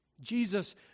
Jesus